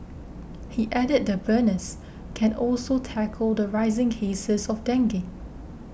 he added the burners can also tackle the rising cases of dengue